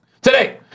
Today